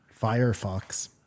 Firefox